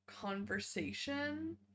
conversation